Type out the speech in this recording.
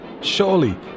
Surely